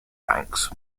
banks